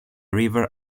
river